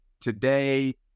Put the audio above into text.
Today